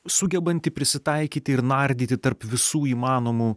sugebanti prisitaikyti ir nardyti tarp visų įmanomų